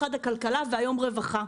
משרד הכלכלה והיום רווחה.